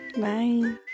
Bye